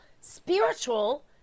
spiritual